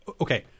okay